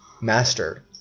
master